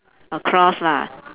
across lah